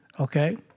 Okay